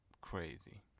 crazy